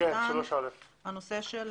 הנושא של